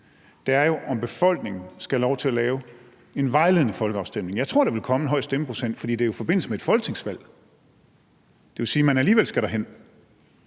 det er jo, om befolkningen skal have lov til at have en vejledende folkeafstemning. Jeg tror, der vil komme en høj stemmeprocent, for det er jo i forbindelse med et folketingsvalg. Det vil sige, at man alligevel skal derhen.